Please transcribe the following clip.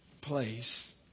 place